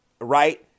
right